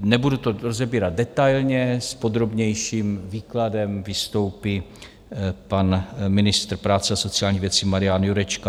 Nebudu to rozebírat detailně, s podrobnějším výkladem vystoupí pan ministr práce a sociálních věcí Marian Jurečka.